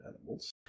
animals